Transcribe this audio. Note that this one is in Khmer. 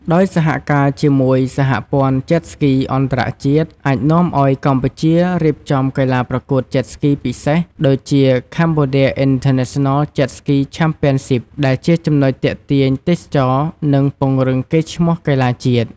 ដោយសហការជាមួយសហព័ន្ធ Jet Ski អន្តរជាតិ អាចនាំឱ្យកម្ពុជា រៀបចំកីឡាប្រកួត Jet Ski ពិសេស ដូចជា “Cambodia International Jet Ski Championship” ដែលជាចំណុចទាក់ទាញទេសចរណ៍ និងពង្រឹងកេរ្តិ៍ឈ្មោះកីឡាជាតិ។